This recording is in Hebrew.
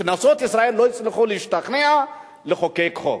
כנסות ישראל לא הצליחו להשתכנע לחוקק חוק,